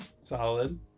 solid